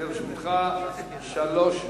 חבר הכנסת מוזס, לרשותך שלוש דקות.